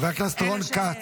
חבר הכנסת רון כץ.